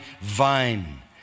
vine